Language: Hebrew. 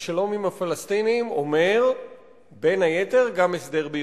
כי שלום עם הפלסטינים אומר בין היתר גם הסדר בירושלים.